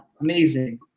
Amazing